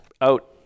out